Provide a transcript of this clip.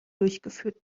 durchgeführt